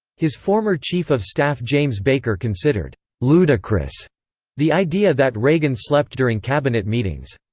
his former chief of staff james baker considered ludicrous the idea that reagan slept during cabinet meetings.